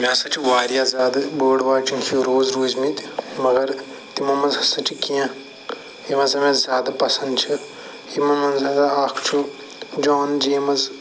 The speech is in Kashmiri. مےٚ ہَسا چھِ واریاہ زیادٕ بٲڈواچِنٛگ ہیٖروز روٗزۍمٕتۍ مگر تِمو مَنٛز ہَسا چھِ کینٛہہ یم ہَسا مےٚ زیادٕ پَسَنٛد چھِ یِمو مَنٛز ہَسا اکھ چھُ جان جیمٕز